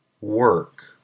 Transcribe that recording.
Work